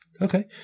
Okay